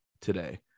today